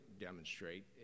demonstrate